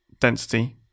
density